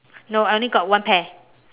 no I only got one pair